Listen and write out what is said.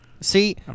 See